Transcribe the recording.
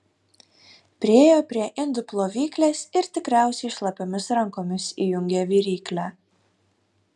priėjo prie indų plovyklės ir tikriausiai šlapiomis rankomis įjungė viryklę